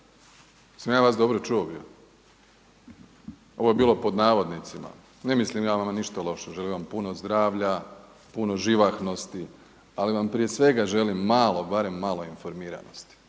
ja vas dobro čuo bio? Ovo je bilo pod navodnicima. Ne mislim ja o vama ništa loše. Želim vam puno zdravlja, puno živahnosti, ali vam prije svega želim malo, barem malo informiranosti.